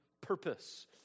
purpose